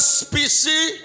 species